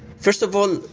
first of all,